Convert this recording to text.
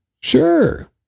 sure